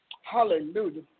Hallelujah